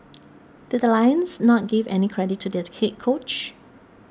did the Lions not give any credit to their head coach